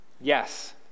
yes